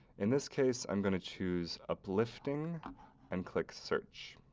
in this case, i'm going to choose uplifting and click search.